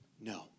no